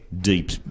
deep